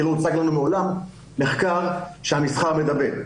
כי מעולם לא הוצג לנו מחקר שהמסחר מדבק.